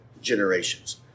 generations